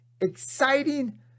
exciting